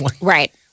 Right